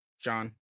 john